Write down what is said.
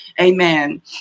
Amen